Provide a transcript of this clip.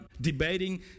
debating